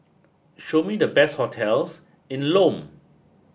show me the best hotels in Lome